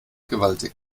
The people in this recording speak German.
gewaltig